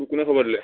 তোক কোনে খবৰ দিলে